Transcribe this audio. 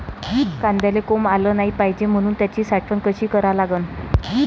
कांद्याले कोंब आलं नाई पायजे म्हनून त्याची साठवन कशी करा लागन?